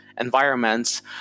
environments